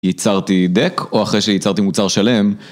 ייצרתי דק, או אחרי שייצרתי מוצר שלם.